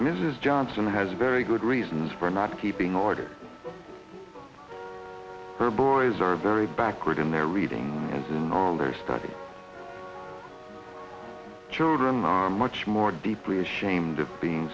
mrs johnson has very good reasons for not keeping order her boys are very backward in their reading as in all their studies children are much more deeply ashamed of being